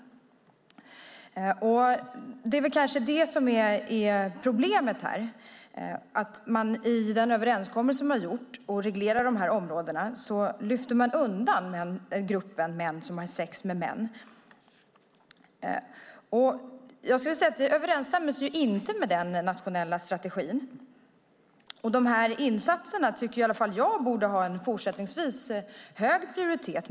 Det är kanske det som är problemet här. I den överenskommelse man gjort som reglerar dessa områden lyfter man undan gruppen män som har sex med män. Det överensstämmer inte med den nationella strategin. Insatserna för den gruppen borde fortsättningsvis ha en hög prioritet.